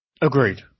Agreed